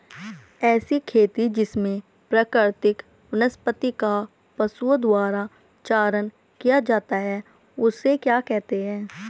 ऐसी खेती जिसमें प्राकृतिक वनस्पति का पशुओं द्वारा चारण किया जाता है उसे क्या कहते हैं?